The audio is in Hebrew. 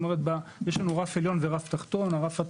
יש לנו רף עליון ורף תחתון,